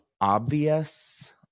obvious